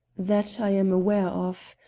that i am aware of.